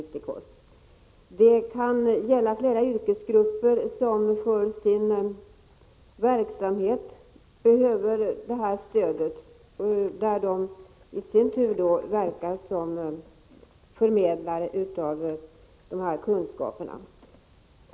Men det kan även gälla flera yrkesgrupper, som för sin verksamhet behöver det här stödet och som i sin tur verkar som förmedlare av dessa kunskaper.